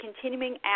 continuing